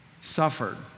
suffered